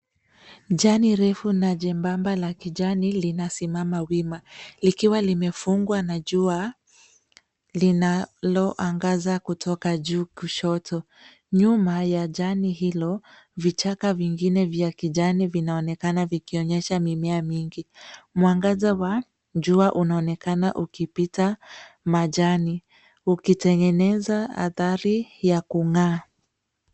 Jani refu na jembamba la kijani linasimama wima likiwa limefungwa na jua linaloangaza kutoka juu kushoto. Nyuma ya jani hilo vichaka vingine vya kijani vinaonekana vikionyesha mimea mingi. Mwangaza wa jua unaonekana ukipita majani ukitengeneza athari ya kung'aa.